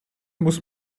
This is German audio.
muss